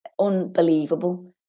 unbelievable